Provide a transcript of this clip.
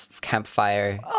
campfire